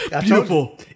Beautiful